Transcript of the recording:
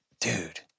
dude